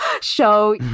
show